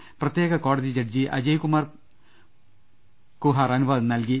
I പ്രത്യേക കോടതി ജഡ്ജി അജയ്കുമാർ കുഹാർ അനുവാദം നൽകി